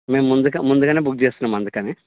మేం ముందుక ముందుగానే బుక్ చేసుకున్నాం అందుకనే